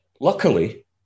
luckily